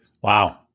Wow